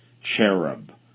cherub